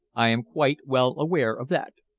i am quite well aware of that.